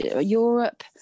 Europe